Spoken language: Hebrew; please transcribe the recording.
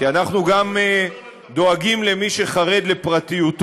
כי אנחנו דואגים גם למי שחרד לפרטיותו,